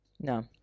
No